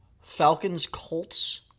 Falcons-Colts